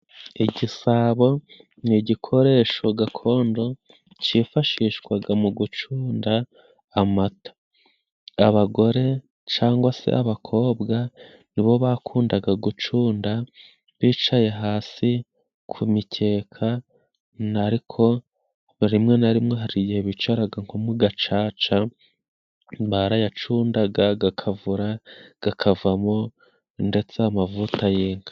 Igisabo ni igikoresho gakondo cyifashishwaga mu gucunda amata. Abagore cangwa se abakobwa nibo bakundaga gucunda bicaye hasi ku mikeka ariko rimwe na rimwe hari igihe bicaraga nko mu gacaca, barayacundaga gakavura gakavamo ndetse amavuta y'inka.